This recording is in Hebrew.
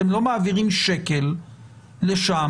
אתם לא מעבירים שקל לשם,